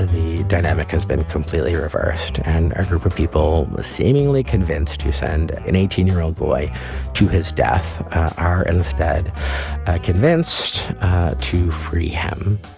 and the dynamic has been completely reversed, and a group of people seemingly convinced to send an eighteen year old boy to his death are instead convinced to free him